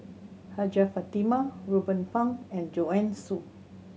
Hajjah Fatimah Ruben Pang and Joanne Soo